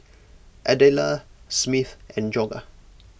Adela Smith and Jorja